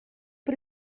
per